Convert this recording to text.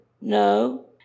no